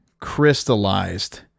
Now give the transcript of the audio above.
crystallized